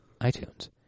iTunes